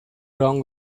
wrong